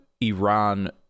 Iran